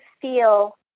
feel